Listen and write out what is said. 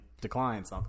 declines